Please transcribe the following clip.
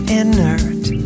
inert